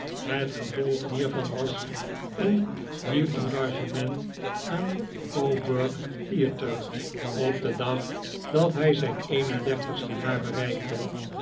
het ge olg hiervan was een nieuw engagement aan coburg theater op den dag dat hij zijn een en dertigste jaar bereikte